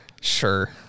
Sure